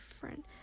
friend